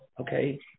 Okay